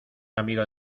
amigo